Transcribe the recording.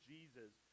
Jesus